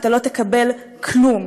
אתה לא תקבל כלום.